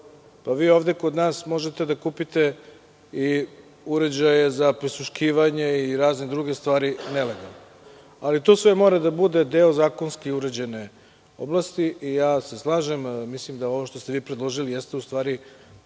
Vi ovde kod nas možete da kupite i uređaje za prisluškivanje i razne druge stvari nelegalno, ali to sve mora da bude deo zakonski uređene oblasti i slažem se, mislim da ovo što ste vi predložili jeste u stvari